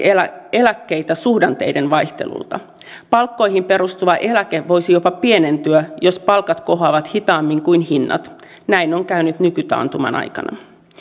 eläkkeitä suhdanteiden vaihtelulta palkkoihin perustuva eläke voisi jopa pienentyä jos palkat kohoavat hitaammin kuin hinnat näin on käynyt nykytaantuman aikana